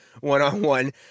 one-on-one